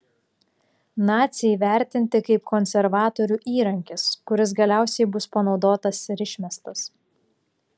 naciai vertinti kaip konservatorių įrankis kuris galiausiai bus panaudotas ir išmestas